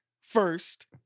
First